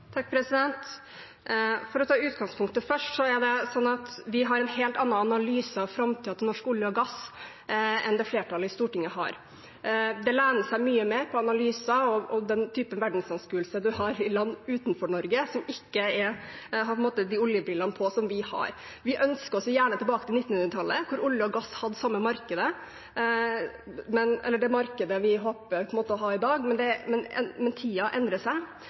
For å ta utgangspunktet først: Vi har en helt annen analyse av framtiden for norsk olje og gass enn flertallet i Stortinget har. Den lener seg mye mer på analyser og den typen verdensanskuelser man har i land utenfor Norge som ikke har på seg de oljebrillene som vi har. Vi ønsker oss gjerne tilbake til 1900-tallet, da olje og gass hadde det markedet vi håper å ha i dag, men tidene endrer seg. Det